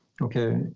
okay